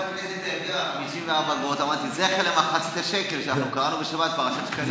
קראנו בשבת פרשת שקלים.